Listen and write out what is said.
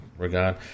regard